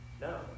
No